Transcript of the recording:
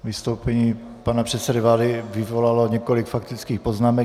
Vystoupení pana předsedy vlády vyvolalo několik faktických poznámek.